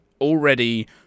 already